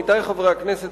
עמיתי חברי הכנסת,